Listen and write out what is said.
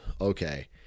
okay